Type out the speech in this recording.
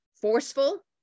forceful